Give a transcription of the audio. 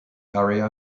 area